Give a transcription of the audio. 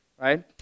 Right